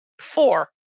four